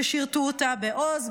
ששירתו אותה בעוז,